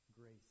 grace